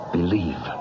believe